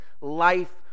life